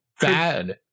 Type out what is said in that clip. Bad